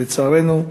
ולצערנו,